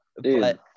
dude